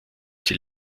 die